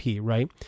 right